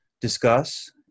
discuss